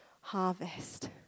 harvest